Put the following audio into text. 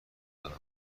دادم